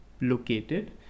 located